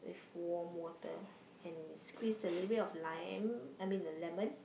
warm water and you squeeze a little bit of lime I mean the lemon